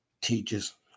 teaches